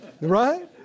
Right